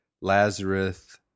Lazarus